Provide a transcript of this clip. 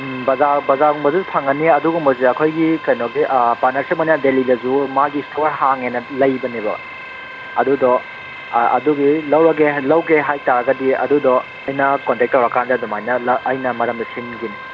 ꯎꯝ ꯕꯖꯥꯔꯒꯨꯝꯕꯗꯖꯨ ꯐꯪꯉꯅꯤ ꯑꯗꯨꯝꯕꯖꯦ ꯑꯩꯈꯣꯏꯒꯤ ꯀꯩꯅꯣꯒꯤ ꯄꯥꯔꯠꯅꯔꯁꯤꯞ ꯑꯣꯏꯅ ꯗꯦꯜꯂꯤꯗꯖꯨ ꯃꯥꯒꯤ ꯁ꯭ꯇꯣꯔ ꯍꯥꯡꯉꯦꯅ ꯂꯩꯕꯅꯦꯕ ꯑꯗꯨꯗꯣ ꯑꯗꯨꯒꯤ ꯂꯧꯒꯦ ꯍꯥꯏ ꯇꯥꯔꯒꯗꯤ ꯑꯗꯨꯗꯣ ꯑꯩꯅ ꯀꯟꯇꯦꯛ ꯇꯧꯔꯀꯥꯟꯗ ꯑꯗꯨꯃꯥꯏꯅ ꯑꯩꯅ ꯃꯔꯝꯗꯣ ꯁꯤꯟꯒꯦꯅꯦ